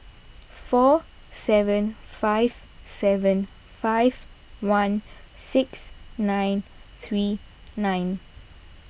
four seven five seven five one six nine three nine